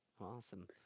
awesome